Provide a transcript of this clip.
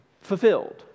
fulfilled